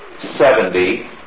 Seventy